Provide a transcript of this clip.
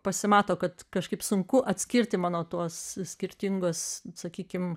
pasimato kad kažkaip sunku atskirti mano tuos skirtingus sakykim